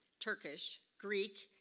turkish, greek,